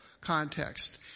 context